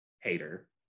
hater